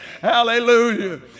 Hallelujah